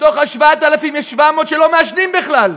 מתוך ה-8,000 יש 700 שלא מעשנים בכלל.